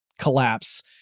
collapse